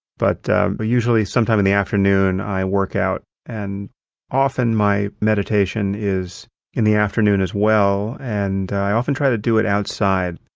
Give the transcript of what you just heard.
but but usually sometime in the afternoon i work out. and often my meditation is in the afternoon as well. and i often try to do it outside.